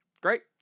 Great